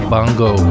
Bongo